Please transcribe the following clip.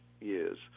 years